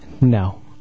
No